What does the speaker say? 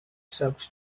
shrubs